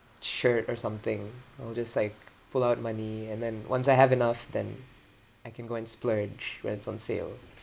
shirt or something I'll just like pull out money and then once I have enough then I can go and splurge when it's on sale